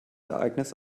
ereignis